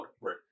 Right